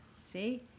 See